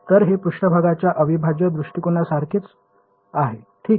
तर हे पृष्ठभागाच्या अविभाज्य दृष्टिकोनासारखेच आहे ठीक